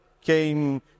came